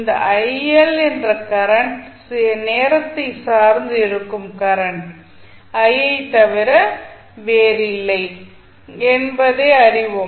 இந்த என்ற கரண்ட் நேரத்தை சார்ந்து இருக்கும் கரண்ட் ஐத் தவிர வேறில்லை என்பதை அறிவோம்